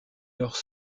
leurs